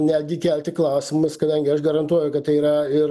netgi kelti klausimus kadangi aš garantuoju kad tai yra ir